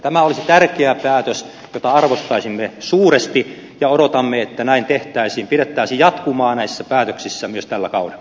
tämä olisi tärkeä päätös jota arvostaisimme suuresti ja odotamme että näin tehtäisiin pidettäisiin jatkumaa näissä päätöksissä myös tällä kaudella